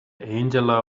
angela